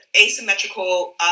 asymmetrical